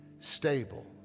stable